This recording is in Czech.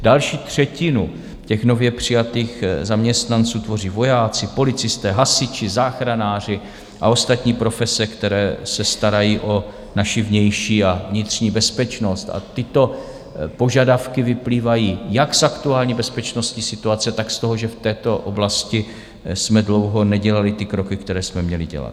Další třetinu těch nově přijatých zaměstnanců tvoří vojáci, policisté, hasiči, záchranáři a ostatní profese, které se starají o naši vnější a vnitřní bezpečnost, a tyto požadavky vyplývají jak z aktuální bezpečnostní situace, tak z toho, že v této oblasti jsme dlouho nedělali ty kroky, které jsme měli dělat.